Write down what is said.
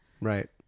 Right